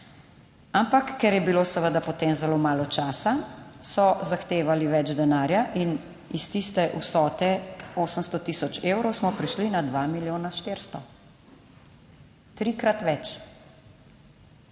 Ampak, ker je bilo seveda, potem zelo malo časa, so zahtevali več denarja in iz tiste vsote 800000 evrov smo prišli na 2 milijona 400. Trikrat več.